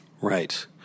Right